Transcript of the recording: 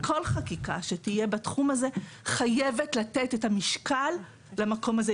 כל חקיקה שתהיה בתחום הזה חייבת לתת את המשקל למקום זה,